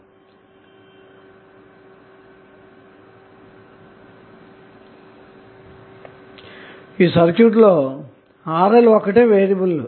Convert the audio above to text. కాబట్టి ఈ సర్క్యూట్ లో RL ఒక్కటే వేరియబుల్